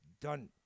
done